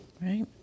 right